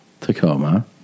Tacoma